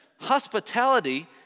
hospitality